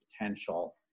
potential